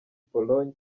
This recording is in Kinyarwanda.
pologne